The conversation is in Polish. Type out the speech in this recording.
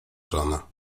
żona